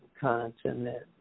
continent